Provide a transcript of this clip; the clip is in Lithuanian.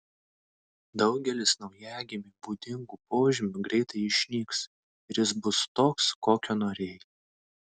daugelis naujagimiui būdingų požymių greitai išnyks ir jis bus toks kokio norėjai